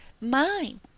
Mine